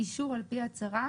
"אישור על פי הצהרה